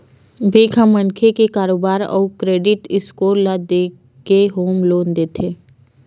bank ह मनखे के कारोबार अउ क्रेडिट स्कोर ल देखके होम लोन देथे